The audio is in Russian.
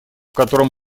котором